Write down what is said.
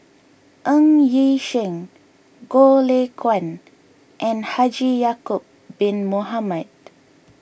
Ng Yi Sheng Goh Lay Kuan and Haji Ya'Acob Bin Mohamed